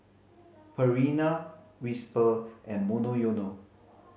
Purina Whisper and Monoyono